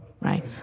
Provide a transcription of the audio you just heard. right